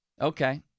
Okay